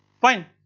fine.